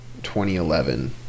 2011